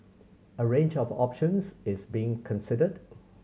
a range of options is being considered